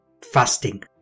Fasting